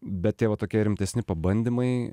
bet tie va tokie rimtesni pabandymai